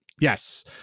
yes